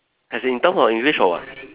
as in in term of English or what